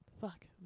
fuck